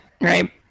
right